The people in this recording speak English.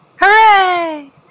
Hooray